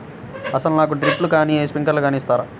అసలు నాకు డ్రిప్లు కానీ స్ప్రింక్లర్ కానీ ఇస్తారా?